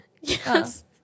Yes